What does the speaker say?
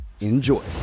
Enjoy